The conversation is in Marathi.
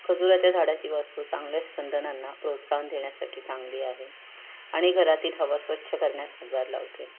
खजुराच्या झाडाची वास्तू चांगल्या स्पंदनांना प्रोत्साहन देण्यासाठी चांगली आहे आणि घरातील हवा स्वच्छ करण्यास हातभार लावते